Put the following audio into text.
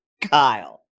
kyle